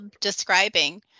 describing